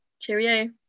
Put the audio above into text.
Cheerio